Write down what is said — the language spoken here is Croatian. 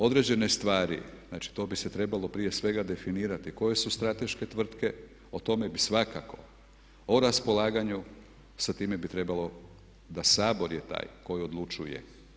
Određene stvari, znači to bi se trebalo prije svega definirati koje su strateške tvrtke, o tome bi svakako o raspolaganju, sa time bi trebalo da Sabor je taj koji odlučuje.